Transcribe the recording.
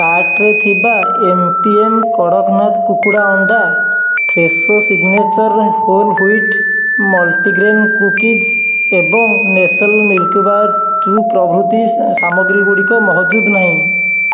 କାର୍ଟ୍ରେ ଥିବା M P M Kadaknath କୁକୁଡ଼ା ଅଣ୍ଡା Fresho signature whole wheat multigrain cookies ଏବଂ ନେସ୍ଲେ ମିଲ୍କିବାର୍ ଚୂ ପ୍ରଭୃତି ସାମଗ୍ରୀ ଗୁଡ଼ିକ ମହଜୁଦ ନାହିଁ